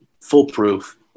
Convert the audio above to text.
foolproof